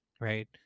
right